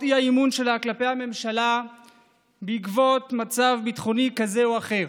האי-אמון שלה כלפי הממשלה בעקבות מצב ביטחוני כזה או אחר.